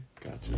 Gotcha